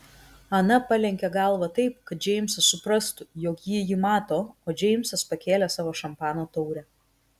ana palenkė galvą taip kad džeimsas suprastų jog jį ji mato o džeimsas pakėlė savo šampano taurę